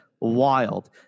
wild